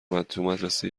مدرسه